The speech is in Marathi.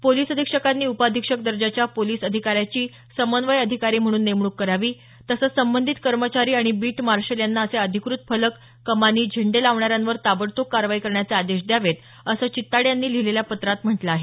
पोलीस अधिक्षकांनी उपअधिक्षक दर्जाच्या पोलीस अधिकाऱ्याची समन्वय अधिकारी म्हणून नेमणूक करावी तसंच संबंधित कर्मचारी आणि बीट मार्शल यांना असे अनधिकृत फलक कमानी झेंडे लावणाऱ्यांवर ताबडतोब कारवाई करण्याचे आदेश द्यावेत असं चित्ताडे यांनी लिहिलेल्या पत्रात म्हटलं आहे